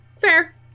Fair